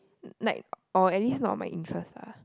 night or at least not my interest lah